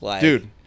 Dude